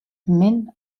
min